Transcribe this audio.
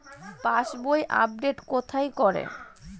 পাসবই update কোথায় করে?